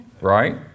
Right